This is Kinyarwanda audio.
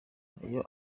iyo